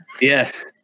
Yes